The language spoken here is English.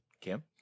kim